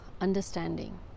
understanding